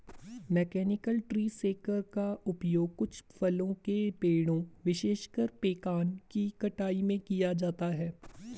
mechanical tree shaker का उपयोग कुछ फलों के पेड़ों, विशेषकर पेकान की कटाई में किया जाता है